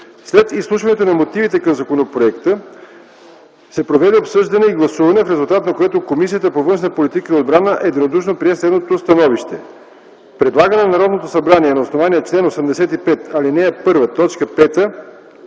След изслушването на мотивите към законопроекта се проведе обсъждане и гласуване, в резултат на което Комисията по външна политика и отбрана единодушно прие следното становище: Предлага на Народното събрание, на основание чл. 85, ал. 1,